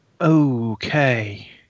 Okay